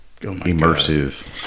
immersive